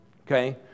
okay